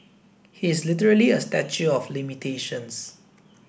he is literally a statue of limitations